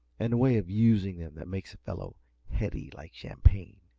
and a way of using them that makes a fellow heady, like champagne,